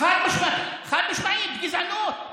חד-משמעית גזענות.